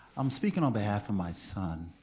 i'm speaking on behalf of my son.